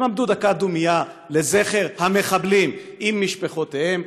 הם עמדו דקה דומייה לזכר המחבלים עם משפחותיהם,